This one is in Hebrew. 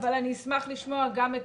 אבל אני אשמח לשמוע את